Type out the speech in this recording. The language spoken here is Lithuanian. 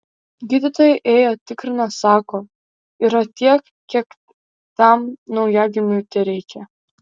gydytojai ėjo tikrino sako yra tiek kiek tam naujagimiui tereikia